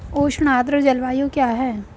उष्ण आर्द्र जलवायु क्या है?